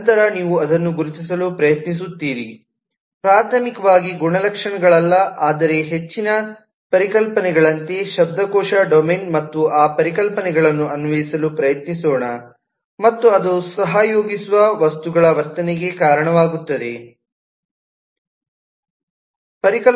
ನಂತರ ನೀವು ಅದನ್ನು ಗುರುತಿಸಲು ಪ್ರಯತ್ನಿಸುತ್ತೀರಿ ಪ್ರಾಥಮಿಕವಾಗಿ ಗುಣಲಕ್ಷಣಗಳಲ್ಲ ಆದರೆ ಹೆಚ್ಚಿನ ಪರಿಕಲ್ಪನೆಗಳಂತೆ ಶಬ್ದಕೋಶ ಡೊಮೇನ್ ಮತ್ತು ಆ ಪರಿಕಲ್ಪನೆಗಳನ್ನು ಅನ್ವಯಿಸಲು ಪ್ರಯತ್ನಿಸೋಣ ಮತ್ತು ಅದು ವರ್ತನೆಗೆ ಕಾರಣವಾಗುತ್ತದೆ ಸಹಯೋಗಿಸುವ ವಸ್ತುಗಳು